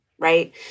right